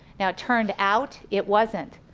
now it turned out it wasn't,